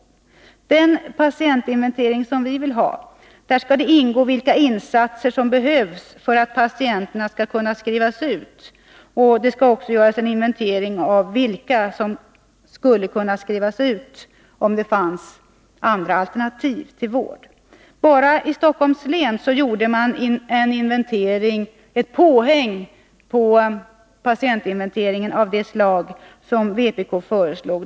I den patientinventering som vi vill ha skall ingå uppgifter om vilka insatser som behövs för att patienterna skall kunna skrivas ut. Inventeringen skall också omfatta vilka som skulle kunna skrivas ut, om det fanns andra alternativ till vård. Endast i Stockholms län gjordes ett tillägg till patientinventeringen av det slag som vpk föreslår.